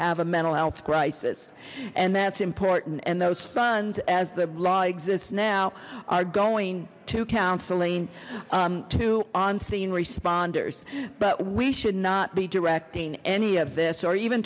have a mental health crisis and that's important and those funds as the law exists now are going to counseling to on scene responders but we should not be directing any of this or even